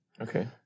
Okay